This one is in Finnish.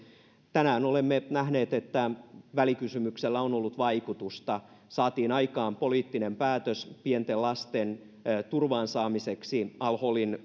tänään olemme nähneet että välikysymyksellä on ollut vaikutusta saatiin aikaan poliittinen päätös pienten lasten turvaan saamiseksi al holin